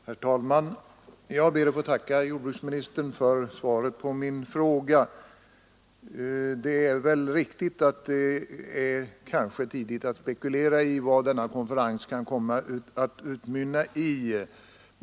Herr talman! Jag ber att få tacka jordbruksministern för svaret på min fråga. Det är kanske riktigt att det är för tidigt att spekulera över vad havsrättskonferensen kan komma att utmynna i.